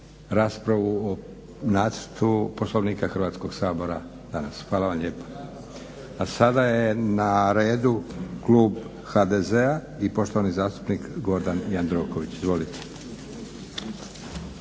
raspravu o nacrtu Poslovnika Hrvatskog sabora danas. Hvala vam lijepo. A sada je na redu klub HDZ-a i poštovani zastupnik Gordan Jandroković. Izvolite.